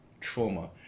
trauma